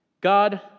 God